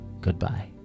goodbye